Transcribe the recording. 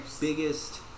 biggest